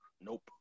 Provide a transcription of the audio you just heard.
Nope